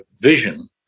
vision